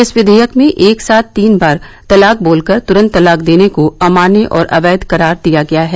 इस विधेयक में एक साथ तीन बार तलाक बोलकर तुरंत तलाक देने को अमान्य और अवैध करार दिया गया है